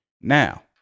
Now